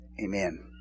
Amen